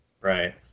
Right